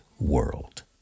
world